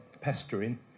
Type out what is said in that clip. pestering